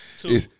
two